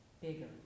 bigger